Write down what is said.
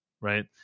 right